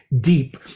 deep